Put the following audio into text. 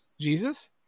Jesus